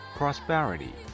prosperity